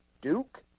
Duke